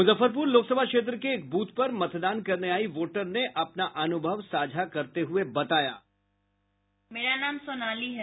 मुजफ्फरपुर लोकसभा क्षेत्र के एक बूथ पर मतदान करने आयी वोटर ने अपना अनुभव साझा करते हुये बताया बाईट मेरा नाम सोनाली है